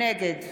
נגד